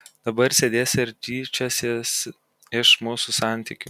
dabar sėdėsi ir tyčiosies iš mūsų santykių